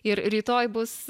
ir rytoj bus